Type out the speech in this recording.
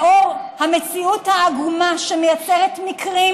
לאור המציאות העגומה שמייצרת מקרים